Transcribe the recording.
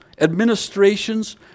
administrations